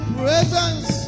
presence